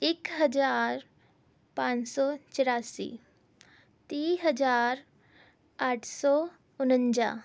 ਇੱਕ ਹਜ਼ਾਰ ਪੰਜ ਸੌ ਚੁਰਾਸੀ ਤੀਹ ਹਜ਼ਾਰ ਅੱਠ ਸੌ ਉਣੰਜਾ